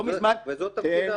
ולא מזמן --- וזה תפקידם.